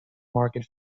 market